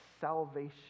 salvation